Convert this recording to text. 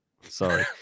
sorry